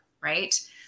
right